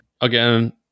again